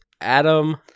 Adam